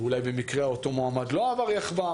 ואולי במקרה אותו מועמד לא עבר יחב"מ,